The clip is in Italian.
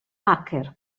hacker